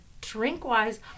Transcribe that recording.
Drink-wise